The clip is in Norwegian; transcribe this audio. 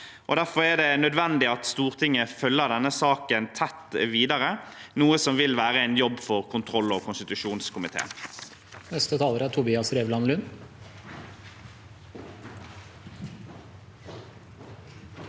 Derfor er det nødvendig at Stortinget følger denne saken tett videre, noe som vil være en jobb for kontroll- og konstitusjonskomiteen.